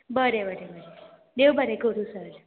बरें बरें बरें देव बरें करूं सर